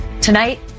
Tonight